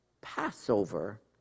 Passover